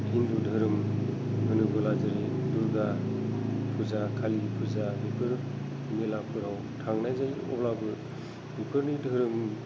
हिन्दु दोहोरोम होनोब्ला जों दुर्गा फुजा खालि फुजा बेफोर मेलाफोराव थांनाय जायो अब्लाबो बेफोरनि दोहोरोम